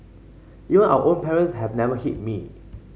even our own parents have never hit me